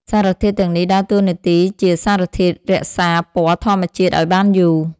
សារធាតុទាំងនេះដើរតួនាទីជាសារធាតុរក្សាពណ៌ធម្មជាតិឱ្យបានយូរ។